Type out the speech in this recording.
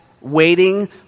waiting